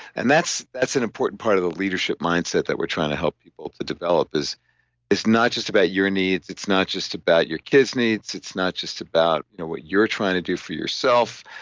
and that's that's an important part of the leadership mindset that we're trying to help people to develop is it's not just about your needs, it's not just about your kid's needs, it's not just about what you're trying to do for yourself,